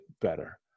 better